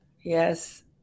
Yes